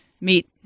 meet